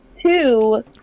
Two